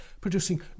producing